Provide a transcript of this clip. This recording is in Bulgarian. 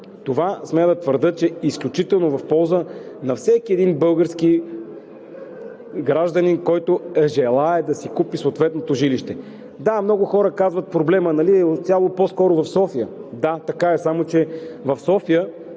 – смея да твърдя, че това е изключително в полза на всеки един български гражданин, който желае да си купи съответното жилище. Да, много хора казват: проблемът е по-скоро в София. Да, така е, само че в София